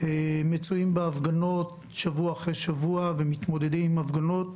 מצויים בהפגנות שבוע אחרי שבוע ומתמודדים עם הפגנות